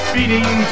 Beating